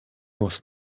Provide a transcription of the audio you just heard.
was